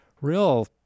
real